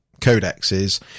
codexes